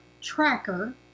tracker